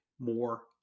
more